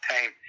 time